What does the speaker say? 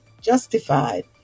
justified